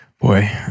Boy